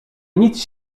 nic